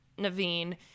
naveen